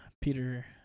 Peter